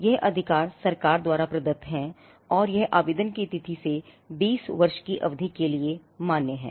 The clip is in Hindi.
यह अधिकार सरकार द्वारा प्रदत्त है और यह आवेदन की तिथि से 20 वर्ष की अवधि के लिए है